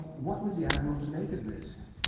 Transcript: what was the admiral to make of this?